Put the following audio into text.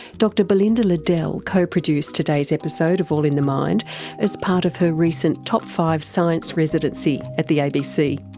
dr belinda liddell co-produced today's episode of all in the mind as part of her recent top five science residency at the abc.